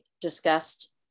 discussed